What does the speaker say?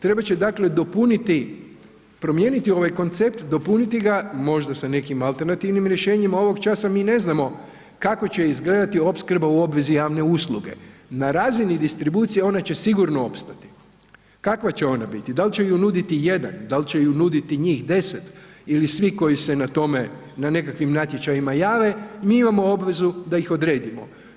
Trebat će dakle dopuniti, promijeniti ovaj koncept, dopuniti ga možda sa nekim alternativnim rješenjima, ovog časa mi ne znamo kako će izgledati opskrba u obvezi javne usluge, na razini distribucije ona će sigurno opstati, kakva će ona biti, dal će ju nuditi jedan, dal će ju nuditi njih 10 ili svi koji se na tome, na nekakvim natječajima jave, mi imamo obvezu da ih odredimo.